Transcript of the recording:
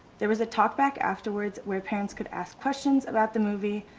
there was a talk back afterwards where parents could ask questions about the movie.